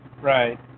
Right